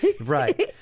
right